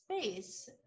space